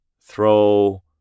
throw